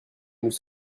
nous